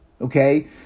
okay